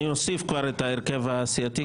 אני אוסיף את ההרכב הסיעתי,